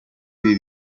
ibi